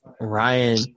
Ryan